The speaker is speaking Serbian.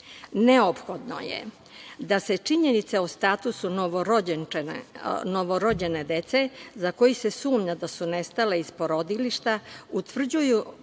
je da se činjenice o statusu novorođene dece za koju se sumnja da su nestala iz porodilišta utvrđuju